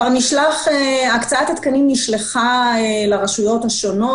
הקצאת התקנים נשלחה כבר לרשויות השונות.